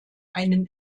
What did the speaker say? einen